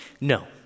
No